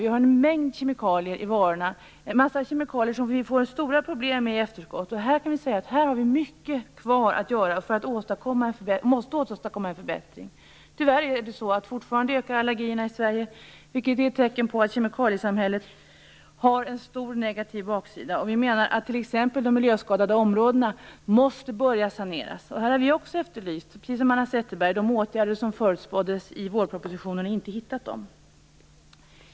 Det finns ju en mängd kemikalier i varorna som vi i efterhand får stora problem med. Här återstår mycket att göra för att åstadkomma den förbättring som måste till. Tyvärr är det fortfarande så att allergierna ökar i Sverige, vilket är ett tecken på att kemikaliesamhället har en omfattande negativ baksida. Vi menar t.ex. att miljöskadade områden måste börja saneras. Här har vi, precis som Hanna Zetterberg, efterlyst de åtgärder som förutspåddes komma i vårpropositionen men som vi inte har hittat.